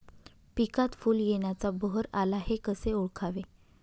पिकात फूल येण्याचा बहर आला हे कसे ओळखावे?